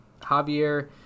Javier